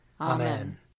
Amen